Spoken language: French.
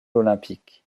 olympique